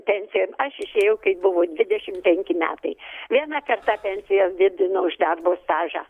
pensija aš išėjau kai buvo dvidešim penki metai vieną kartą pensijas didino už darbo stažą